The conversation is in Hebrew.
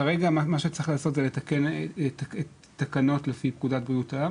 כרגע מה שצריך לעשות זה לתקן את התקנות לפי פקודת בריאות העם